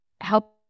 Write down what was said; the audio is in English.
help